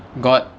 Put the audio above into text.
got